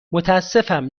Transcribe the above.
متاسفم